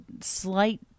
slight